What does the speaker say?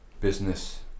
business